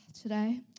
today